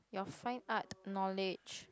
your fine art knowledge